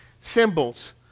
symbols